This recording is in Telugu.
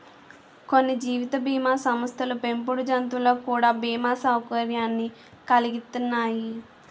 కొన్ని జీవిత బీమా సంస్థలు పెంపుడు జంతువులకు కూడా బీమా సౌకర్యాన్ని కలిగిత్తన్నాయి